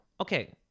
Okay